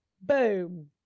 boom